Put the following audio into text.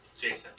Jason